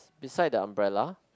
beside the umbrella